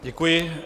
Děkuji.